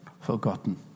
forgotten